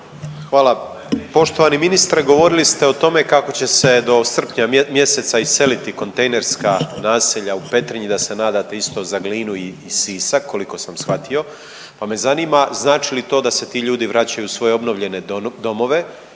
Hvala. Poštovani ministre, govorili ste o tome kako će se do srpnja mjeseca iseliti kontejnerska naselja u Petrinji, da se nadate isto za Glinu i Sisak, koliko sam shvatio, pa me zanima, znači li to da se ti ljudi vraćaju u svoje obnovljene domove